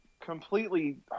completely